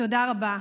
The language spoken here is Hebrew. תודה רבה.